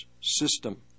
system